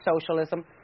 socialism